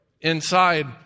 inside